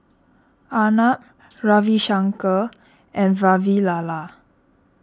Arnab Ravi Shankar and Vavilala